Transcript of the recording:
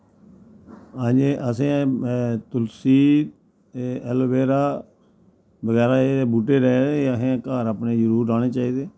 अजैं असें तुलसी ऐलोबेरा बगैरा एह् जेह् बूह्ट्टे असें घर अपनै जरूर लाने चाहिदे